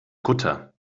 kutter